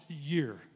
year